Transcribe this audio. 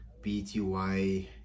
BTY